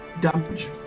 damage